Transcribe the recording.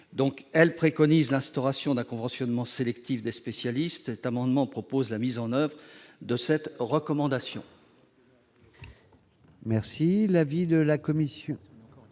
elle préconise l'instauration d'un conventionnement sélectif des spécialistes est amendement propose la mise en oeuvre de cette recommandation.